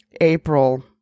April